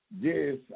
Yes